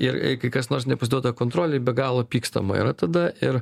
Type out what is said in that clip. ir kai kas nors nepasiduoda kontrolei be galo pykstama yra tada ir